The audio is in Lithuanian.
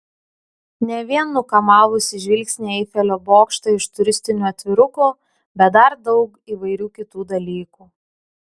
ne vien nukamavusį žvilgsnį eifelio bokštą iš turistinių atvirukų bet dar daug įvairių kitų dalykų